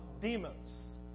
demons